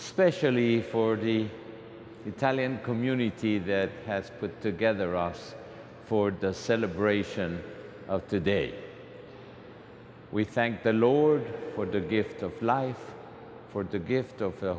eucharist specially for the italian community that has put together us for does celebration of the day we thank the lord for the gift of life for the gift of the